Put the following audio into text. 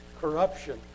corruption